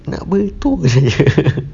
nak apa tu